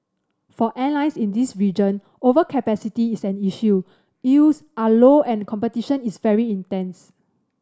for airlines in this region overcapacity is an issue yields are low and competition is very intense